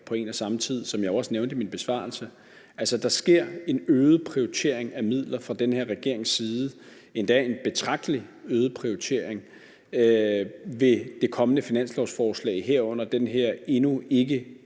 på en og samme tid, som jeg også nævnte i min besvarelse. Der sker en øget prioritering af midler fra den her regerings side, endda en betragtelig øget prioritering, ved det kommende finanslovsforslag, herunder den her endnu ikke